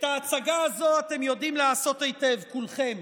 את ההצגה הזאת אתם יודעים לעשות היטב, כולכם.